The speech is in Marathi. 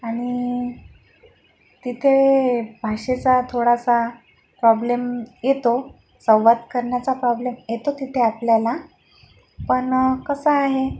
आणि तिथे भाषेचा थोडासा प्रॉब्लेम येतो संवाद करण्याचा प्रॉब्लेम येतो तिथे आपल्याला पण कसं आहे